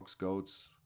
goats